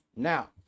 Now